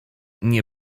nie